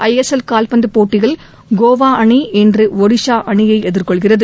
ஐ L L கால்பந்துப் போட்டியில் கோவா அணி இன்று ஒடிசா அணியை எதிர்கொள்கிறது